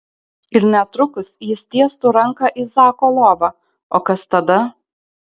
ir netrukus jis tiestų ranką į zako lovą o kas tada